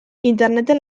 interneten